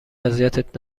اذیتت